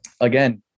again